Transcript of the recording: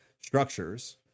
structures